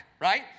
right